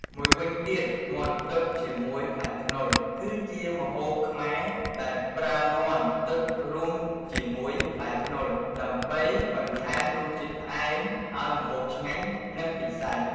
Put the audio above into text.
មួយវិញទៀតមាន់ដុតជាមួយផ្លែខ្នុរ គឺជាម្ហូបខ្មែរដែលប្រើមាន់ ដុតរួមជាមួយផ្លែខ្នុរដើម្បីបន្ថែមរសជាតិផ្អែមឱ្យម្ហូបឆ្ងាញ់និងពិសេស។